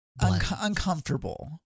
uncomfortable